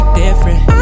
different